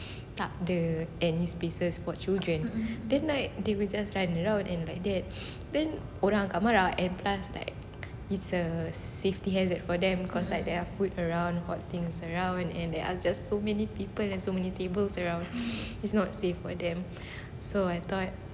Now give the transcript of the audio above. takde any spaces for children then like they will just run around and like that then orang akan marah and plus like it's a safety hazard for them because like there are food around hot things around and there are just so many people and so many tables around it's not safe for them so I thought